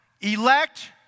Elect